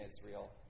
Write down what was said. Israel